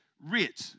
rich